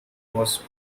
was